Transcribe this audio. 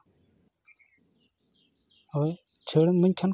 ᱦᱳᱭ ᱪᱷᱟᱹᱲᱮᱢ ᱤᱢᱟᱹᱧ ᱠᱷᱟᱱ